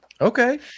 Okay